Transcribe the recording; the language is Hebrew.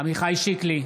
עמיחי שיקלי,